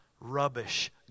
rubbish